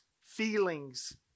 feelings